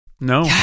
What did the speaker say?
No